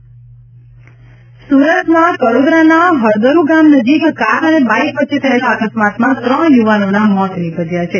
સુરત અકસ્માત સુરતના કડોદરાના હળદરૂ ગામ નજીક કાર અને બાઇક વચ્ચે થયેલા અકસ્માતમાં ત્રણ ્યુવાનોના મોત નિપજયા છે